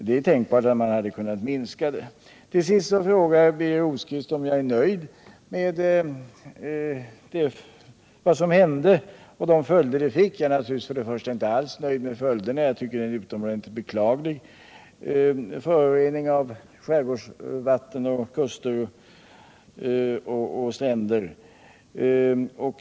Det är tänkbart att man hade kunnat minska läckaget. Till sist frågar Birger Rosqvist om jag är nöjd med vad som hände och de följder det fick. Jag är naturligtvis inte alls nöjd med följderna. Jag tycker att det är en utomordentligt beklaglig förorening av skärgårdsvatten och stränder.